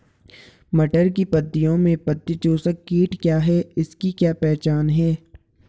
मटर की पत्तियों में पत्ती चूसक कीट क्या है इसकी क्या पहचान है?